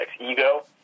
ego